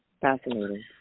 Fascinating